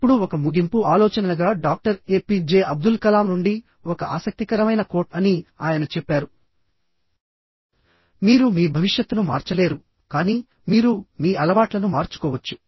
ఇప్పుడు ఒక ముగింపు ఆలోచనగా doctor A P J Abdul Kalam నుండి ఒక ఆసక్తికరమైన కోట్ అని ఆయన చెప్పారు మీరు మీ భవిష్యత్తును మార్చలేరు కానీ మీరు మీ అలవాట్లను మార్చుకోవచ్చు